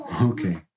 Okay